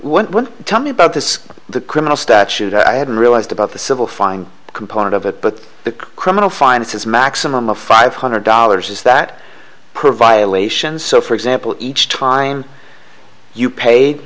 so what tell me about this the criminal statute i hadn't realized about the civil fine component of it but the criminal finds his maximum of five hundred dollars does that provide elations so for example each time you paid